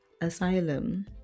asylum